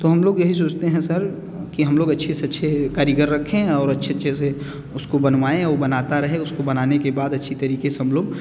तो हम लोग यही सोचते हैं सर कि हम लोग अच्छे से अच्छे कारीगर रखें और अच्छे अच्छे से बनवाएँ वो बनाता रहे उसको बनाने के बाद अच्छे तरीक़े से हम लोग वितरित